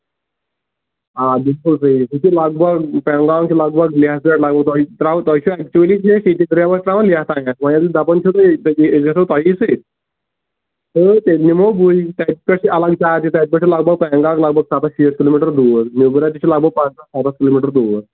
آ بِلکُل صحی یہِ چھُ لگ بگ پینٛگانٛگ چھُ لگ بگ لہہ پیٚٹھٕ لگوٕ تۅہہِ ترٛاوُن تۅہہِ چھُ ایٚکچُؤلی فیٖس ییٚتی پیٚٹھ پریویٹ ترٛاوان لہہ تام وۅنۍ ییٚلہِ تُہۍ دپان چھِو أسۍ گژھو تۅہِی سٍتۍ تھٲوِو تیٚلہِ نِمو بٕے تتہِ پیٚٹھٕ چھِ الگ چارجِس تتہِ پیٚٹھ چھُ لگ بگ پیٚنگانٛگ لگ بگ ستتھ شیٖتھ کِلوٗ میٖٹر دوٗر ییٚتہِ پیٚٹھ تہِ چھُ لگ بگ پنژاہ ستتھ کِلوٗ میٖٹر دوٗر